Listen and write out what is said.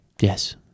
Yes